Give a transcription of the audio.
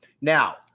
Now